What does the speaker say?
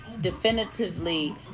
definitively